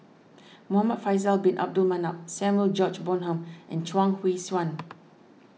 Muhamad Faisal Bin Abdul Manap Samuel George Bonham and Chuang Hui Tsuan